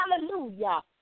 Hallelujah